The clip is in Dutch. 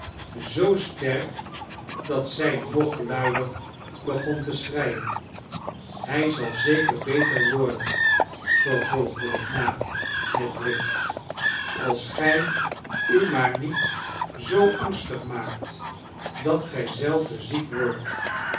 zoo sterk dat zij nog luider begon te schreien hij zal zeker beter worden vervolgde de knaap met drift als gij u maar niet zoo angstig maakt dat gij zelve ziek wordt